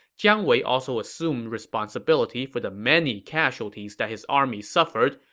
jiang wei also assumed responsibility for the many casualties that his army suffered,